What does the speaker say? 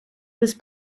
was